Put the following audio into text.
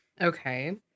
Okay